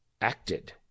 acted